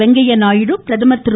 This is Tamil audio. வெங்கய்ய நாயுடு பிரதமர் திரு